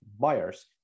buyers